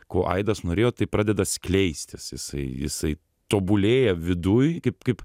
ko aidas norėjo tai pradeda skleistis jisai jisai tobulėja viduj kaip kaip